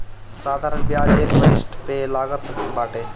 साधारण बियाज एक वरिश पअ लागत बाटे